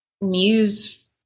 muse